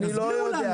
אני לא יודע.